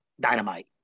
dynamite